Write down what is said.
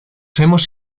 hemos